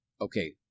okay